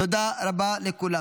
תודה רבה לכולם.